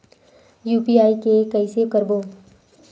UPI के कइसे करबो?